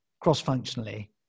cross-functionally